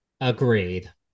Agreed